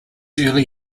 early